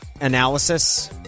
analysis